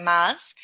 Mars